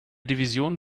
division